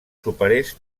superés